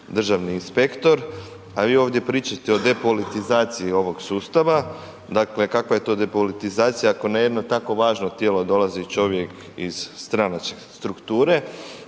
državni inspektor, a vi ovdje pričate o depolitizaciji ovog sustava, dakle kakva je to depolitizacija ako na jedno tako važno tijelo dolazi čovjek iz stranačke strukture,